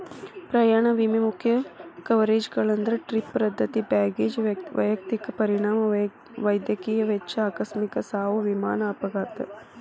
ಪ್ರಯಾಣ ವಿಮೆ ಮುಖ್ಯ ಕವರೇಜ್ಗಳಂದ್ರ ಟ್ರಿಪ್ ರದ್ದತಿ ಬ್ಯಾಗೇಜ್ ವೈಯಕ್ತಿಕ ಪರಿಣಾಮ ವೈದ್ಯಕೇಯ ವೆಚ್ಚ ಆಕಸ್ಮಿಕ ಸಾವು ವಿಮಾನ ಅಪಘಾತ